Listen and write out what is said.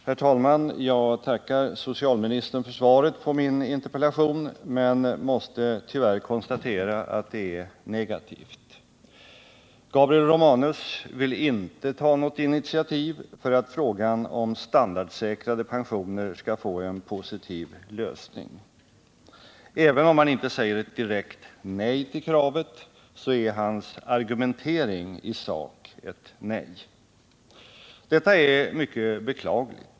Herr talman! Jag tackar socialministern för svaret på min interpellation men måste tyvärr konstatera att det är negativt. Gabriel Romanus vill inte ta något initiativ för att frågan om standardsäkrade pensioner skall få en positiv lösning. Även om han inte säger ett direkt nej till kravet, är hans argumentering i sak ett nej. Detta är mycket beklagligt.